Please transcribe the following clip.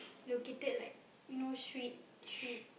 located like you know street street